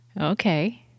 Okay